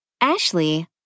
Ashley